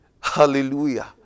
Hallelujah